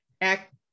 act